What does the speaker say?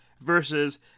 versus